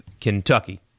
Kentucky